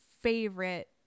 favorite